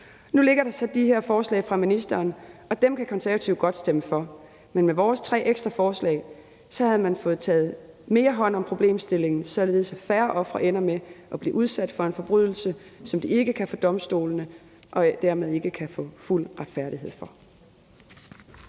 Nu ligger der så de her forslag fra ministeren, og dem kan Konservative godt stemme for, men med vores tre ekstra forslag havde man fået taget mere hånd om problemstillingen, således at færre ofre ender med at blive udsat for en forbrydelse, som de ikke kan få for domstolene og dermed ikke kan få fuld retfærdighed for.